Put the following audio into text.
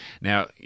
Now